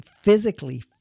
physically